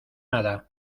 nada